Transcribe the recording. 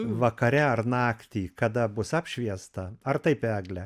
vakare ar naktį kada bus apšviesta ar taip eglę